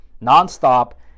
non-stop